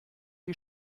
die